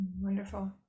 Wonderful